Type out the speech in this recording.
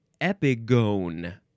epigone